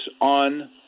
on